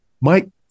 Mike